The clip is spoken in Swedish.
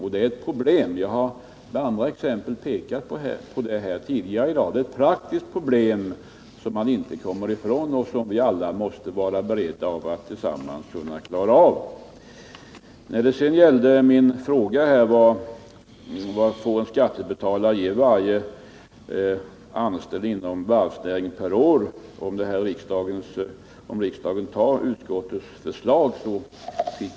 Detta är ett problem, och jag har tidigare i dag med andra exempel pekat på detta. Det är ett praktiskt problem som vi inte kommer ifrån och som vi alla måste vara beredda att tillsammans klara av. Jag fick inget svar på min fråga vad en skattebetalare per år får ge varje anställd inom varvsnäringen om riksdagen fattar beslut enligt utskottets förslag.